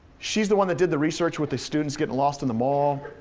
she's the one that did the research with the students getting lost in the mall,